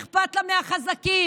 אכפת לה מהחזקים,